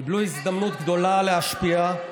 קיבלו הזדמנות גדולה להשפיע,